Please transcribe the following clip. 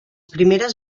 primeres